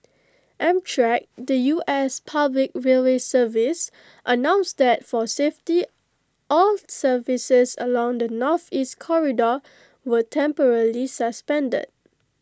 amtrak the U S public railway service announced that for safety all services along the Northeast corridor were temporarily suspended